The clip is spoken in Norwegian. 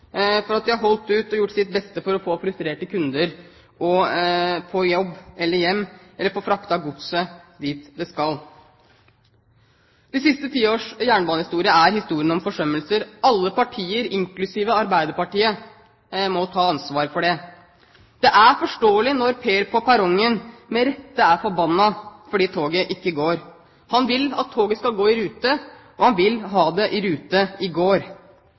for at den har holdt ut og gjort sitt beste for å få frustrerte kunder på jobb eller hjem, eller få fraktet godset dit det skal. De siste tiårs jernbanehistorie er historien om forsømmelser. Alle partier, inklusiv Arbeiderpartiet, må ta ansvar for det. Det er forståelig når Per på perrongen, med rette, er forbanna fordi toget ikke går. Han vil at toget skal gå i rute. Og han vil ha det i rute – i går.